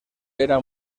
era